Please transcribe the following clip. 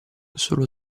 solo